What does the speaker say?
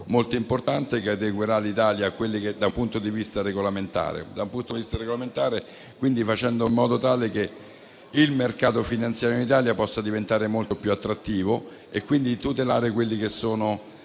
molto importante, che adeguerà l'Italia da un punto di vista regolamentare, in modo tale che il mercato finanziario in Italia possa diventare molto più attrattivo e tutelare gli investitori: